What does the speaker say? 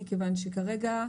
מכיוון שכרגע,